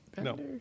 No